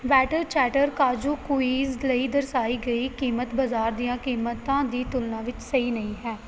better ਚੈਟਰ ਕਾਜੂ ਕੂਈਜ਼ ਲਈ ਦਰਸਾਈ ਗਈ ਕੀਮਤ ਬਾਜ਼ਾਰ ਦੀਆਂ ਕੀਮਤਾਂ ਦੀ ਤੁਲਨਾ ਵਿੱਚ ਸਹੀ ਨਹੀਂ ਹੈ